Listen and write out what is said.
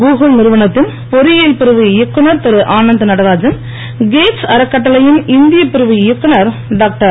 Google நிறுவனத்தின் பொறியில் பிரிவு இயக்குனர் திருஆனந்த நடராஜன் கேட்ஸ் அறக்கட்டளையின் இந்தியப் பிரிவு இயக்குனர் டாக்டர்